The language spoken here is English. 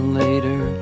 later